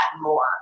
more